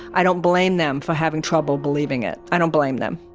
i don't blame them for having trouble believing it. i don't blame them